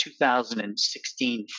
2016